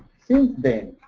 since then,